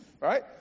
right